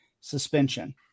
suspension